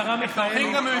השרה מיכאלי,